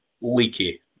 leaky